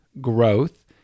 growth